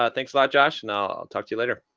ah thanks a lot, josh. and i'll talk to you later.